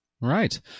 Right